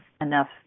enough